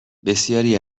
بسیاری